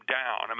down